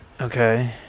Okay